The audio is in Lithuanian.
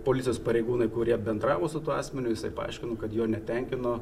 policijos pareigūnai kurie bendravo su tuo asmeniu jisai paaiškino kad jo netenkino